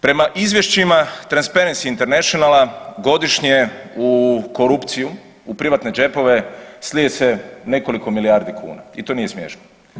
Prema izvješćima Transparency Internationala godišnje u korupciju u privatne džepove slije se nekoliko milijardi kuna i to nije smiješno.